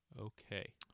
Okay